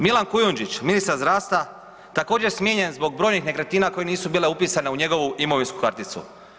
Milan Kujundžić ministar zdravstva također smijenjen zbog brojnih nekretnina koje nisu bile upisane u njegovu imovinsku karticu.